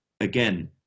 again